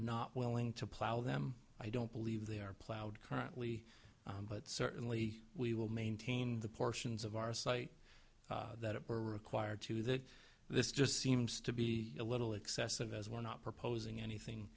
not willing to plow them i don't believe they are plowed currently but certainly we will maintain the portions of our site that were required to do that this just seems to be a little excessive as we're not proposing anything